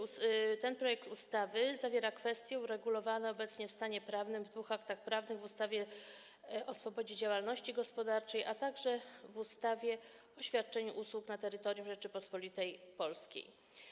Ustawa zawiera kwestie uregulowane obecnie w stanie prawnym w dwóch aktach prawnych: w ustawie o swobodzie działalności gospodarczej, a także w ustawie o świadczeniu usług na terytorium Rzeczypospolitej Polskiej.